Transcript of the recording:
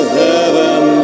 heaven